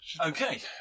Okay